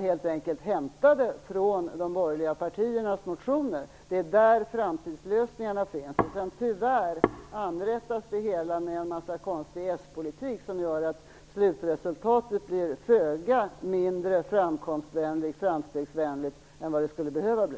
helt enkelt är hämtade från de borgerliga partiernas motioner. Det är där framtidslösningarna finns. Sedan anrättas det hela tyvärr med en massa konstig s-politik som gör att slutresultatet blir mindre framstegsvänligt än det skulle behöva bli.